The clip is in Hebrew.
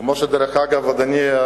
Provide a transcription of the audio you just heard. דרך אגב, אדוני,